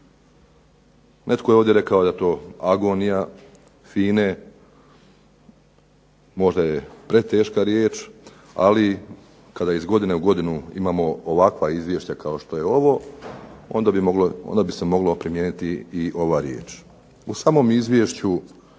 Netko je ovdje rekao da je to agonija FINA-e, možda je preteška riječ, ali kada iz godine u godinu imamo ovakva izvješća kao što je ovo onda bi se mogla primijeniti i ova riječ. U samom izvješću